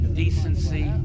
decency